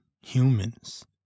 humans